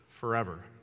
forever